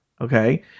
okay